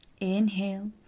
inhale